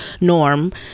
norm